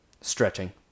stretching